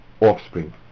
offspring